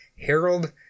Harold